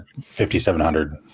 5700